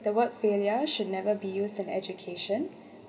the word failure should never be used in education